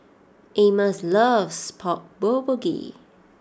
Amos loves Pork Bulgogi